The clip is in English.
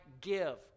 give